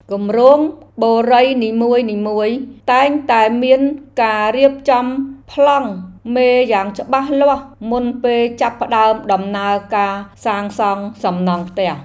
គម្រោងបុរីនីមួយៗតែងតែមានការរៀបចំប្លង់មេយ៉ាងច្បាស់លាស់មុនពេលចាប់ផ្តើមដំណើរការសាងសង់សំណង់ផ្ទះ។